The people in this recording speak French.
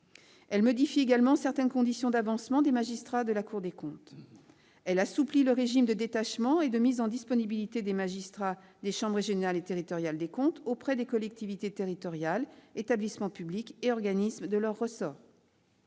Elle modifie également certaines conditions d'avancement des magistrats de la Cour des comptes. Elle assouplit le régime de détachement et de mise en disponibilité des magistrats des chambres régionales et territoriales des comptes auprès des collectivités territoriales, établissements publics et organismes de leur ressort.